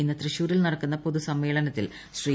ഇന്ന് തൃശൂരിൽ നടക്കുന്ന പൊതു സമ്മേളനത്തിൽ ശ്രീ